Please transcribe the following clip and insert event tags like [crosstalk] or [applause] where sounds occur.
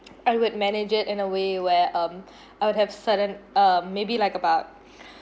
I would manage it in a way where um I would have sudden uh maybe like about [breath]